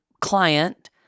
client